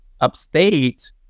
upstate